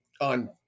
on